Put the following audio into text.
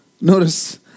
Notice